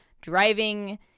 driving